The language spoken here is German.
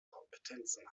kompetenzen